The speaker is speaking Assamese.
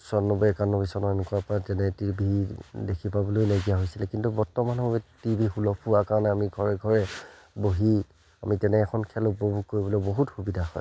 চৌৱানব্বৈ একানব্বৈ চন এনেকুৱাৰপৰা যেনে টি ভি দেখি পাবলৈ লাগিয়া হৈছিলে কিন্তু বৰ্তমান সময়ত টি ভি সুলভ হোৱা কাৰণে আমি ঘৰে ঘৰে বহি আমি তেনে এখন খেল উপভোগ কৰিবলৈ বহুত সুবিধা হয়